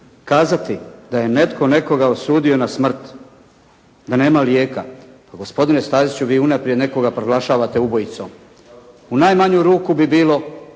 Kazati da je netko nekoga osudio na smrt, da nema lijeka, pa gospodine Staziću vi unaprijed nekoga proglašavate ubojicom. U najmanju ruku bi bilo